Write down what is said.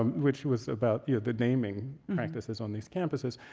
um which was about yeah the naming practices on these campuses,